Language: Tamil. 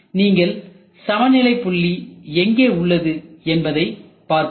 நீங்கள் சமநிலை புள்ளி எங்கே உள்ளது என்பதை பார்க்கலாம்